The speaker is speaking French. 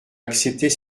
accepter